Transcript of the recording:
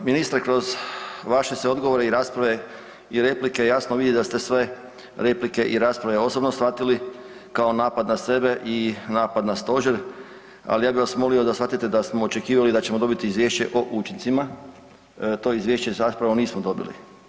Ministre kroz vaše se odgovore i rasprave i replike jasno vidi da ste sve replike i rasprave osobno shvatili kao napad na sebe i napad na stožer, ali ja bih vas molio da shvatite da smo očekivali da ćemo dobiti izvješće o učincima, to izvješće zapravo nismo dobili.